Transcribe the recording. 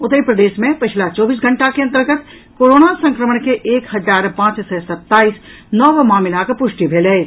ओतहि प्रदेश मे पछिला चौबीस घंटा के अंतर्गत कोरोना संक्रमण के एक हजार पांच सय सत्ताईस नव मामिलाक पुष्टि भेल अछि